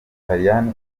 butaliyani